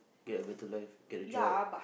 yeah better life get a job